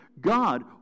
God